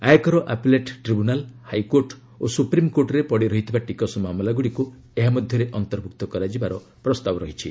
ଆୟକର appellate tribunal high court ଓ ସୁପ୍ରିମ୍କୋର୍ଟରେ ପଡ଼ିରହିଥିବା ଟିକସ ମାମଲାଗୁଡ଼ିକୁ ଏହା ମଧ୍ୟରେ ଅନ୍ତର୍ଭୁକ୍ତ କରାଯିବାର ପ୍ରସ୍ତାବ ରହିଛି